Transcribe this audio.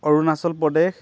Arunachal Pradesh